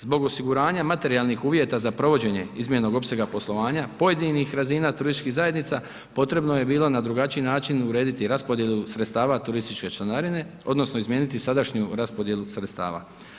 Zbog osiguranja materijalnih uvjeta za provođenje izmijenjenog opsega poslovanja pojedinih razina turističkih zajednica, potrebno je bilo na drugačiji način urediti raspodjelu sredstava turističke članarine odnosno izmijeniti sadašnju raspodjelu sredstava.